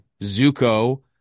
Zuko